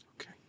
Okay